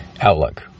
Outlook